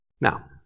Now